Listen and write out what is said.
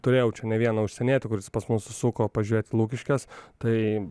turėjau čia ne vieną užsienietį kuris pas mus užsuko pažiūrėti lukiškes tai